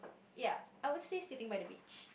ya I would say sitting by the beach